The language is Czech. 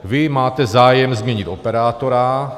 Vy máte zájem změnit operátora.